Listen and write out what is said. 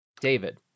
David